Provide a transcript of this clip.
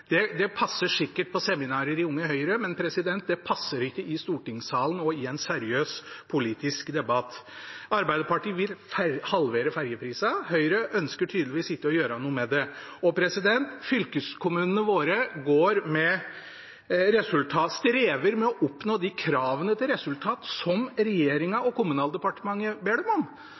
Det passer sikkert på seminarer i Unge Høyre, men det passer ikke i stortingssalen og i en seriøs politisk debatt. Arbeiderpartiet vil halvere ferjeprisene. Høyre ønsker tydeligvis ikke å gjøre noe med det. Fylkeskommunene våre strever med å oppnå de kravene til resultat som regjeringen og Kommunaldepartementet ber dem om,